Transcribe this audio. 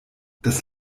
das